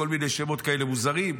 כל מיני שמות כאלה מוזרים,